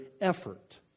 effort